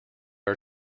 are